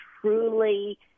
truly